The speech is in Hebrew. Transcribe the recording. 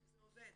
זה עובד.